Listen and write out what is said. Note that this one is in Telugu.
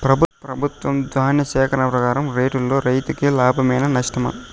ప్రభుత్వం ధాన్య సేకరణ ప్రకారం రేటులో రైతుకు లాభమేనా నష్టమా?